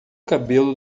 cabelo